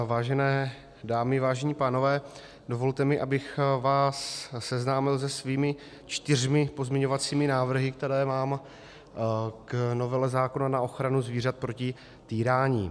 Vážené dámy, vážení pánové, dovolte mi, abych vás seznámil se svými čtyřmi pozměňovacími návrhy, které mám k novele zákona na ochranu zvířat proti týrání.